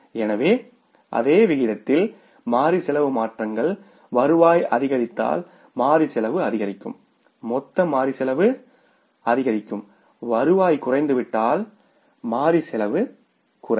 எனவே அதே விகிதத்தில் மாறி செலவு மாற்றங்கள் வருவாய் அதிகரித்தால் மாறி செலவு அதிகரிக்கும் மொத்த மாறி செலவு அதிகரிக்கும் வருவாய் குறைந்துவிட்டால் மாறி செலவு குறையும்